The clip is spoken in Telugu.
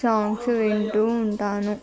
సాంగ్స్ వింటూ ఉంటాను